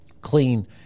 clean